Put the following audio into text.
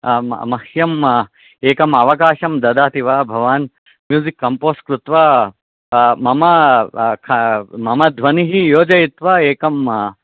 मह्यम् एकम् अवकाशं ददाति वा भवान् म्युसिक् कम्पोस् कृत्वा मम मम ध्वनिः योजयित्वा एकं